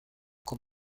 con